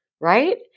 right